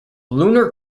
lunar